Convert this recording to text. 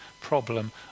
problem